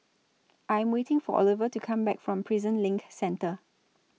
I Am waiting For Oliver to Come Back from Prison LINK Centre